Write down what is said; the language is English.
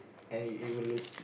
and he he will lose